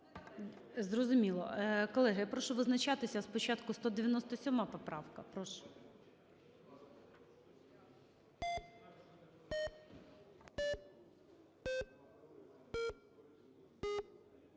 Зрозуміло. Колеги, прошу визначатися спочатку 197 поправка.